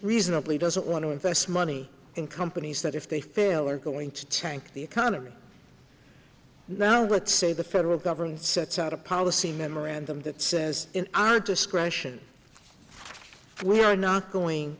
reasonably doesn't want to invest money in companies that if they fail are going to tank the economy now let's say the federal government sets out a policy memorandum that says in our discretion we are not going